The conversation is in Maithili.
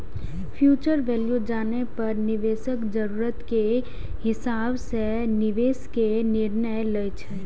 फ्यूचर वैल्यू जानै पर निवेशक जरूरत के हिसाब सं निवेश के निर्णय लै छै